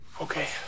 Okay